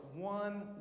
one